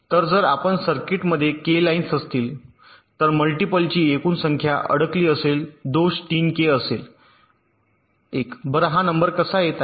तर जर आपण सर्किटमध्ये के लाईन्स असतील तर मल्टीपलची एकूण संख्या अडकली असेल दोष 3 के असेल 1 बरं हा नंबर कसा येत आहे